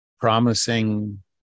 promising